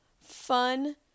Fun